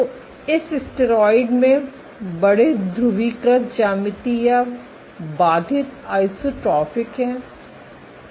तो इस स्टेरॉयड में बड़े ध्रुवीकृत ज्यामिति या बाधित आइसोट्रोपिक हैं